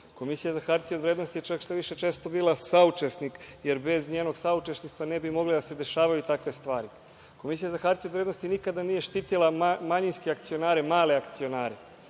Komisija za hartije od vrednosti je šta više često bila saučesnik, jer bez njenog saučesništva ne bi mogle da se dešavaju takve stvari. Komisija za hartije od vrednosti nikada nije štitila manjinske akcionare, male akcionare.